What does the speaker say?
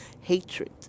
Hatred